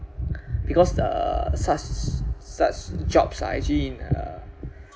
because uh such such jobs are actually in uh